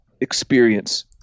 experience